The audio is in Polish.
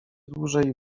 dłużej